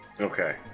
Okay